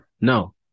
No